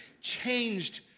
changed